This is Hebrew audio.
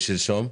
ושלשום?